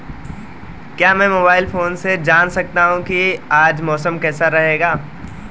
क्या मैं mobile phone से जान सकता हूँ कि आज मौसम कैसा रहेगा?